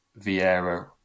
Vieira